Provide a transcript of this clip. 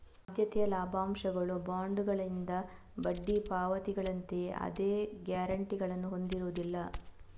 ಆದ್ಯತೆಯ ಲಾಭಾಂಶಗಳು ಬಾಂಡುಗಳಿಂದ ಬಡ್ಡಿ ಪಾವತಿಗಳಂತೆಯೇ ಅದೇ ಗ್ಯಾರಂಟಿಗಳನ್ನು ಹೊಂದಿರುವುದಿಲ್ಲ